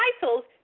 titles